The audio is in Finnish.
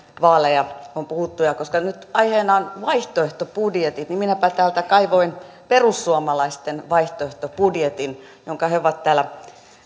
vaaleja on puhuttu ja koska nyt aiheena ovat vaihtoehtobudjetit minäpä täältä kaivoin perussuomalaisten vaihtoehtobudjetin jonka he ovat täällä